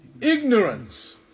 Ignorance